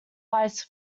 lights